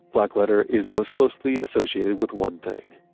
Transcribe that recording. blackletter is most closely associated with one thing.